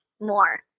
more